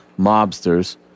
mobsters